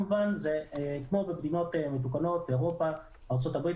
כמו במדינות מתקנות באירופה וארצות הברית,